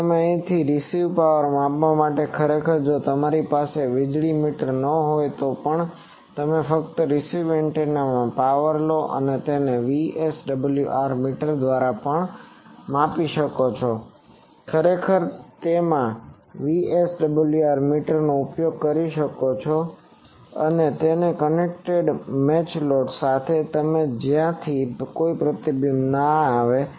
હવે અહીં તમે રીસીવ્ડ પાવર ને માપવા માટે ખરેખર જો તમારી પાસે વીજળી મીટર ન હોય તો પણ તમે ફક્ત રીસીવ્ડ એન્ટેનામાંથી પાવર લો અને તેને VSWR મીટર દ્વારા પણ માપશો ખરેખર તમે તેમાં VSWR મીટરનો ઉપયોગ કરી શકો છો અને તે કનેક્ટેડ છે મેચ લોડ સાથે જેથી ત્યાંથી કોઈ પ્રતિબિંબ ન આવે